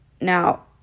Now